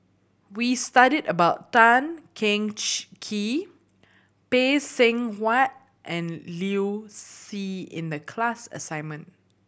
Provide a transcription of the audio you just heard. we studied about Tan Cheng Kee Phay Seng Whatt and Liu Si in the class assignment